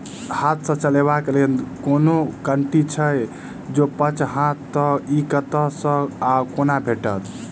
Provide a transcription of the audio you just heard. हाथ सऽ चलेबाक लेल कोनों कल्टी छै, जौंपच हाँ तऽ, इ कतह सऽ आ कोना भेटत?